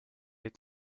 est